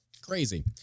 Crazy